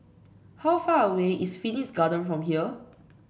how far away is Phoenix Garden from here